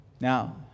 Now